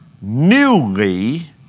newly